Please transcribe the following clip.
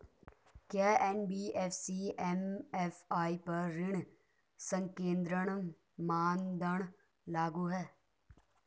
क्या NBFC MFI पर ऋण संकेन्द्रण मानदंड लागू हैं?